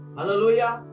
Hallelujah